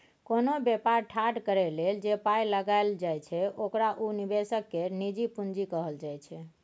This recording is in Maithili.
कोनो बेपार ठाढ़ करइ लेल जे पाइ लगाइल जाइ छै ओकरा उ निवेशक केर निजी पूंजी कहल जाइ छै